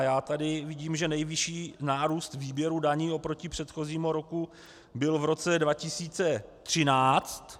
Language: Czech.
Já tady vidím, že nejvyšší nárůst výběru daní oproti předchozímu roku byl v roce 2013.